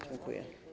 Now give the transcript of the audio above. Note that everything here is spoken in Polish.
Dziękuję.